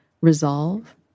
resolve